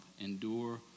Endure